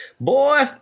Boy